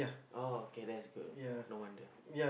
oh okay that's good no wonder